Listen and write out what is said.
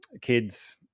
kids